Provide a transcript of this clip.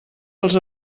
als